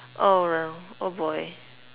oh um oh boy